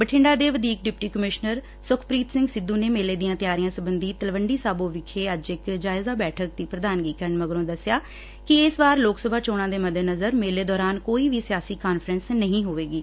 ਬਠਿੰਡਾ ਦੇ ਵਧੀਕ deputy commissioner Sukhpreet Singh Sidhu ਨੇ ਮੇਲੇ ਦੀਆਂ ਤਿਆਰੀਆਂ ਸਬੰਧੀ ਤਲਵੰਡੀ ਸਾਬੋ ਵਿਖੇ ਅੱਜ ਇਕ ਜਾਇਜ਼ਾ ਬੈਠਕ ਦੀ ਪ੍ਧਾਨਗੀ ਕਰਨ ਮਗਰੋਂ ਦੱਸਿਆ ਕਿ ਇਸ ਵਾਰ ਲੋਕ ਸਭਾ ਚੋਣਾਂ ਦੇ ਮੱਦੇਨਜ਼ਰ ਮੇਲੇ ਦੌਰਾਨ ਕੋਈ ਵੀ ਸਿਆਸੀ ਕਾਨਫ਼ਰੰਸ ਨਹੀ ਹੋਵੇਗੀ